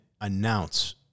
announce